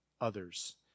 others